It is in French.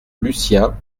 lucien